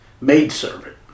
maidservant